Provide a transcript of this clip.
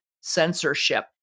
censorship